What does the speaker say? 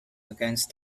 against